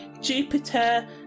Jupiter